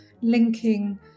linking